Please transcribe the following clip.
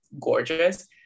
gorgeous